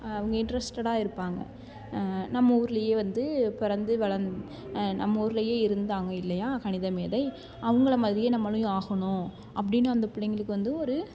அவங்க இன்ட்ரஸ்டேடாக இருப்பாங்க நம்ம ஊர்லேயே வந்து பிறந்து வளந் நம்ம ஊர்லேயே இருந்தாங்க இல்லையா கணித மேதை அவங்கள மாதிரியே நம்மளும் ஆகணும் அப்படினு அந்த பிள்ளைங்களுக்கு வந்து ஒரு